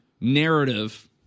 narrative